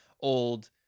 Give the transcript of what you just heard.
old